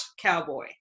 cowboy